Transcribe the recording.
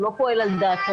הוא לא פועל על דעתו.